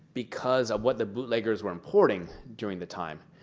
because of what the bootleggers were importing during the time.